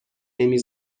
نمی